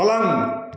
पलंग